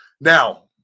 now